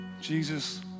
Jesus